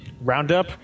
roundup